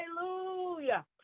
Hallelujah